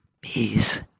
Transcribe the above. peace